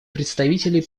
представителей